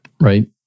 Right